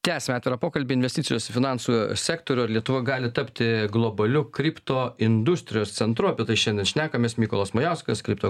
tęsime atvirą pokalbį investicijos į finansų sektorių ar lietuva gali tapti globaliu kripto industrijos centru apie tai šiandien šnekamės mykolas majauskas kripto